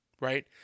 right